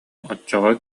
оччоҕо